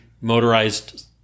motorized